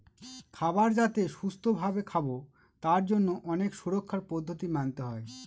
খাবার যাতে সুস্থ ভাবে খাবো তার জন্য অনেক সুরক্ষার পদ্ধতি মানতে হয়